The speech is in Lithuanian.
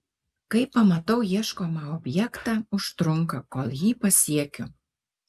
kai pamatau ieškomą objektą užtrunka kol jį pasiekiu